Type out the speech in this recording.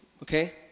Okay